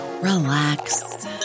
relax